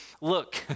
look